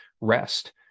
rest